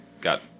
got